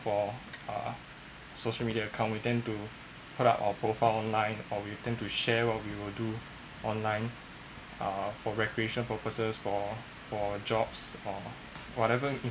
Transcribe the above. for uh social media account we tend to put up our profile online or we tend to share what we will do online uh for recreation purposes for for jobs or whatever